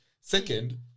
Second